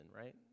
right